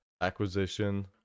acquisition